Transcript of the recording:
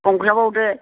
खम खालामबावदो